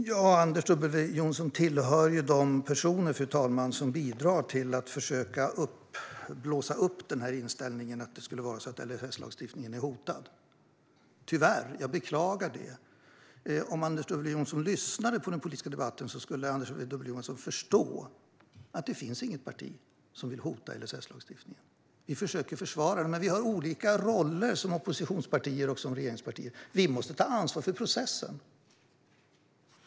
Fru talman! Anders W Jonsson tillhör tyvärr dem som bidrar till att försöka blåsa upp inställningen att LSS-lagstiftningen skulle vara hotad. Jag beklagar det. Om Anders W Jonsson lyssnade på den politiska debatten skulle han förstå att det inte finns något parti som vill hota LSS-lagstiftningen. Vi försöker försvara den, men vi har olika roller som oppositionspartier och regeringspartier. Vi måste ta ansvar för processen.